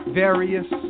various